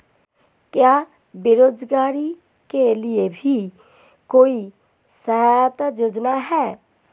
क्या बेरोजगारों के लिए भी कोई सहायता योजना है?